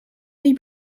die